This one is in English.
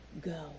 go